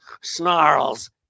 snarls